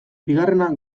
bigarrena